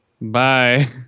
Bye